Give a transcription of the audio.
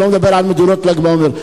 אני לא מדבר על מדורות ל"ג בעומר.